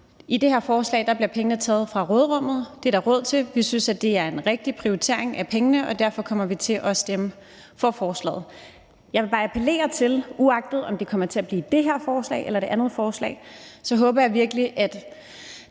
I det her forslag bliver pengene taget fra råderummet – det er der råd til. Vi synes, at det er en rigtig prioritering af pengene, og derfor kommer vi til at stemme for forslaget. Jeg håber virkelig bare, at der, uanset om det kommer til at blive det her forslag eller et andet forslag, ikke er nogen partier, der